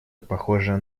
похожее